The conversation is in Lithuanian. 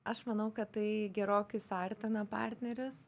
aš manau kad tai gerokai suartina partnerius